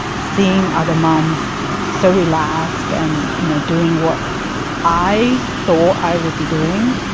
seeing other mums so relaxed and you know doing what i thought i would be doing